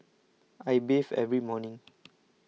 I bathe every morning